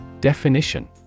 Definition